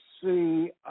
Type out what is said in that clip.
see